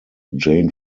jane